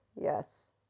yes